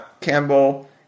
Campbell